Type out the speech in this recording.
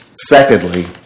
Secondly